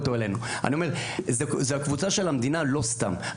זאת קבוצה של המדינה לא סתם.